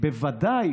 בוודאי